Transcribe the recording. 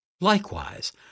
Likewise